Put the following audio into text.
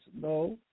No